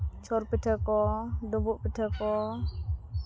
ᱪᱷᱚᱨ ᱯᱤᱴᱷᱟᱹ ᱠᱚ ᱰᱩᱢᱵᱩᱜ ᱯᱤᱴᱷᱟᱹ ᱠᱚ